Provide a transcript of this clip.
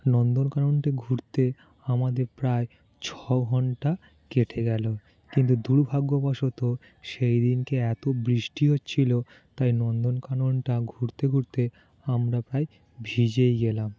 নন্দন কাননটা ঘুরতে আমাদের প্রায় ছ ঘন্টা কেটে গেলো কিন্তু দুর্ভাগ্যবশত সেই দিনকে এতো বৃষ্টি হচ্ছিলো তাই নন্দন কাননটা ঘুরতে ঘুরতে আমরা প্রায় ভিজেই গেলাম